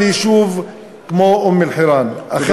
של יישוב כמו אום-אלחיראן, תודה רבה.